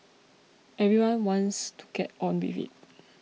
everyone wants to get on with it